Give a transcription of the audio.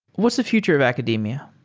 what's the future of academia?